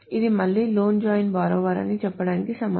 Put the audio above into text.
ఇది మళ్లీ loan join borrower అని చెప్పడానికి సమానం